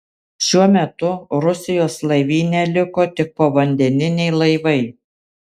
šiuo metu rusijos laivyne liko tik povandeniniai laivai